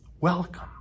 welcome